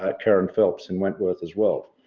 ah karen phelps in wentworth as well.